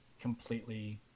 completely –